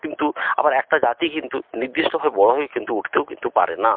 কিন্তু আবার একটা জাতি কিন্তু নিদ্দিষ্টভাবে বড়ো হয়ে কিন্তু উঠতেও কিন্তু পারে না